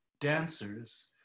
dancers